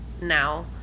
now